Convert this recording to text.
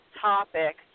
topic